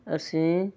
ਅਸੀਂ